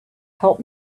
help